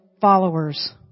followers